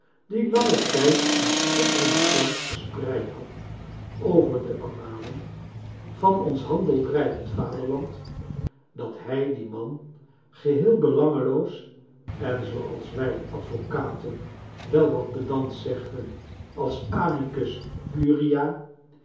die langen tijd een schitterenden glans verspreid had over de annalen van ons handeldrijvend vaderland dat hij dien man gelieel belangeloos en zooals wij advocaten wel wat pedant zeggen als amicus curiae